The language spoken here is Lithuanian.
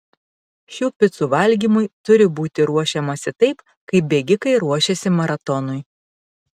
šių picų valgymui turi būti ruošiamasi taip kaip bėgikai ruošiasi maratonui